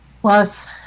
plus